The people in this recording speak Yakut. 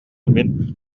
мин